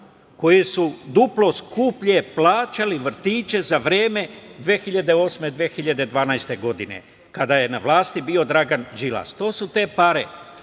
koji su duplo skuplje plaćali vrtiće za vreme 2008-2012. godine kada je na vlasti bio Dragan Đilas. To su te pare.